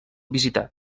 visitar